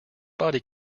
body